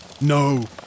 No